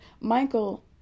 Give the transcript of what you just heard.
Michael